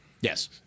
Yes